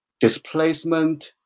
displacement